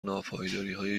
ناپایداریهای